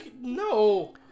No